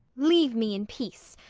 leave me in peace,